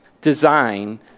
design